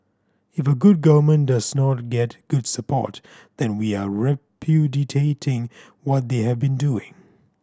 if a good government does not get good support then we are repudiating what they have been doing